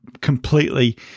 completely